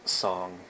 song